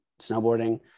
snowboarding